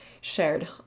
shared